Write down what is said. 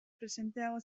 presenteago